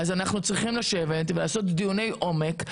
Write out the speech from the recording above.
אנחנו צריכים לשבת ולעשות דיוני עומק,